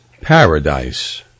Paradise